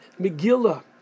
Megillah